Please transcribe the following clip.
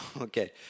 Okay